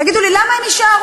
תגידו לי, למה הם יישארו?